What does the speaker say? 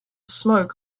smoke